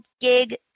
gig